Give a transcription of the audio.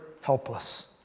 helpless